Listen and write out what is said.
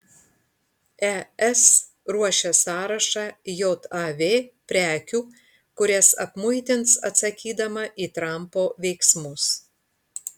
es ruošia sąrašą jav prekių kurias apmuitins atsakydama į trampo veiksmus